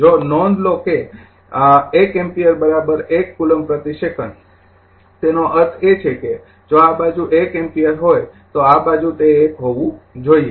જો નોંધ લો કે ૧ એમ્પીયર ૧ કુલમ્બ પ્રતિ સેકંડ તેનો અર્થ એ કે જો આ બાજુ ૧ એમ્પિયર હોય તો આ બાજુ તે ૧ હોવું જોઈએ